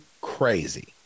crazy